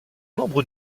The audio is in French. membre